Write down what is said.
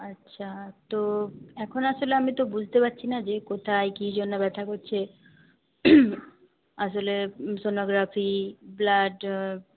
আচ্ছা তো এখন আসলে আমি তো বুঝতে পারছি না যে কোথায় কী জন্য ব্যথা করছে আসলে সোনোগ্রাফি ব্লাড